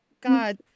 god